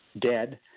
dead